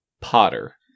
Potter